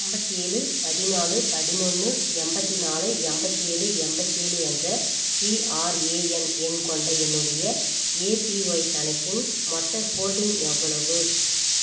ஐம்பத்தி ஏழு பதினாலு பதினொன்று எண்பத்தி நாலு எண்பத்தி ஏழு எண்பத்தி ஏழு என்ற பிஆர்எஎன் எண் கொண்ட என்னுடைய ஏபிஒய் கணக்கின் மொத்த ஹோல்டிங் எவ்வளவு